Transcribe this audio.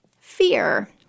fear